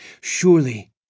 Surely